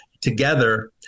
together